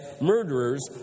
murderers